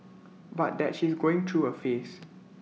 but that she's going through A phase